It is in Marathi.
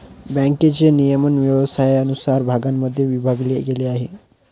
बँकेचे नियमन व्यवसायानुसार भागांमध्ये विभागले गेले आहे